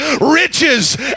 riches